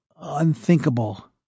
unthinkable